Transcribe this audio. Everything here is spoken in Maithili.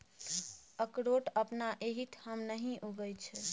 अकरोठ अपना एहिठाम नहि उगय छै